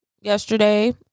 Yesterday